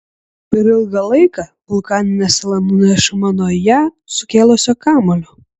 per ilgą laiką vulkaninė sala nunešama nuo ją sukėlusio kamuolio